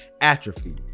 atrophy